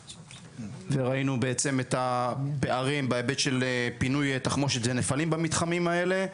וראינו בעצם את הפערים בהיבט של פינוי תחמושת ונפלים במתחמים האלה,